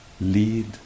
lead